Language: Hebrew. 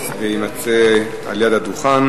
יימצא ליד הדוכן.